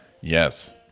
Yes